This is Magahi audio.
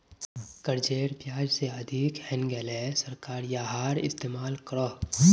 कर्जेर ब्याज से अधिक हैन्गेले सरकार याहार इस्तेमाल करोह